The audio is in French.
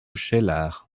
cheylard